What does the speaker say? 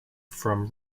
from